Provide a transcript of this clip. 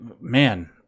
man